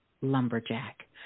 lumberjack